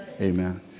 Amen